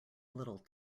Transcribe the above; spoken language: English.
little